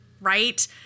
Right